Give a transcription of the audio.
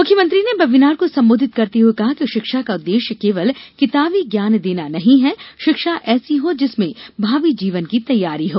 मुख्यमंत्री ने बेवीनार को संबोधित करते हुए कहा कि शिक्षा का उद्देश्य केवल किताबी ज्ञाने देना नहीं है शिक्षा ऐसी हो जिसमें भावी जीवन की तैयारी हो